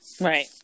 right